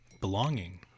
belonging